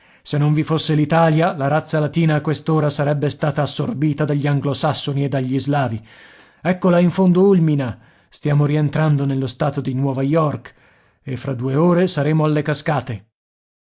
se non vi fosse l'italia la razza latina a quest'ora sarebbe stata assorbita dagli anglosassoni e dagli slavi ecco là in fondo ulmina stiamo rientrando nello stato di nuova york e fra due ore saremo alle cascate